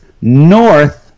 north